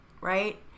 right